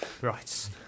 Right